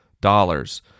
dollars